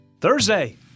Thursday